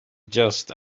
just